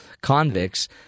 convicts